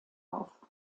auf